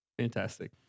Fantastic